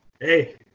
Hey